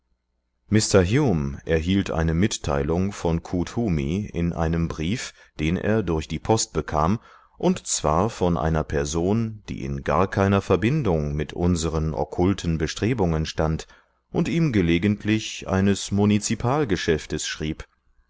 erhielt eine mitteilung von koot hoomi in einem brief den er durch die post bekam und zwar von einer person die in gar keiner verbindung mit unseren okkulten bestrebungen stand und ihm gelegentlich eines munizipal geschäftes schrieb